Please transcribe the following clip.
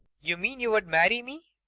you mean you'd marry me?